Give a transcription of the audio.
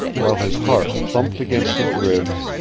while his heart thumped against his ribs,